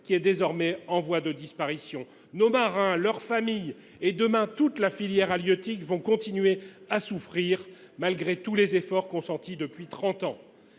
qui est désormais en voie de disparition. Nos marins, leurs familles et, demain, toute la filière halieutique vont continuer de souffrir, malgré tous les efforts consentis depuis trente